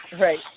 Right